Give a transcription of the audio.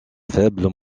faibles